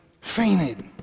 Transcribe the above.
Fainted